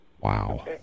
Wow